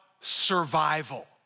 survival